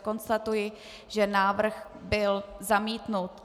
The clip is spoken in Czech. Konstatuji, že návrh byl zamítnut.